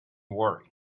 worry